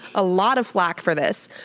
a lot of flack for this.